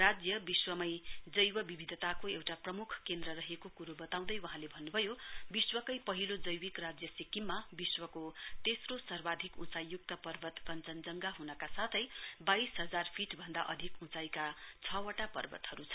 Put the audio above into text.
राज्य विश्वमै जैव विविधताको एउटा प्रम्ख केन्द्र रहेको क्रो बताउँदै वहाँले भन्न्भयो विश्वकै पहिलो जैविक राज्य सिक्किममा विश्वको तेस्रो सर्वाधिक उचाईय्क्त पर्वत कंचनजंघा हनका साथै वाइस हजार फीट भन्दा अधिक उचाईका छ पर्वतहरू छन्